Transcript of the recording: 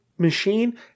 Machine